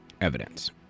evidence